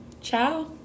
Ciao